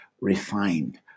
refined